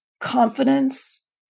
confidence